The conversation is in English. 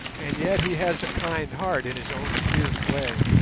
and yet he has a kind heart in his own fierce way.